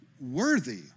worthy